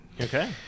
Okay